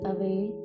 away